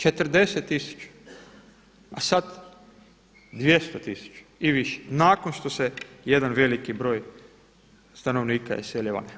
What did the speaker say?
40 tisuća, a sada 200 tisuća i više nakon što se jedan veliki broj stanovnika iselio van.